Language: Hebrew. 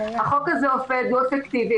החוק הזה עובד והוא אפקטיבי.